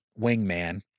wingman